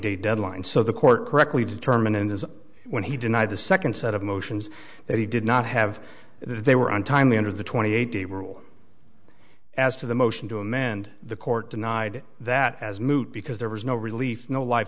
day deadline so the court correctly determine is when he denied the second set of motions that he did not have they were untimely under the twenty eight day rule as to the motion to amend the court denied that as moot because there was no relief no life